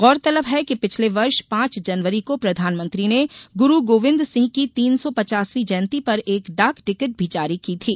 गौरतलब है कि पिछले वर्ष पांच जनवरी को प्रधानमंत्री ने गुरू गोविन्दसिंह की तीन सौ पचासवी जयंती पर एक डाक टिकट भी जारी की थी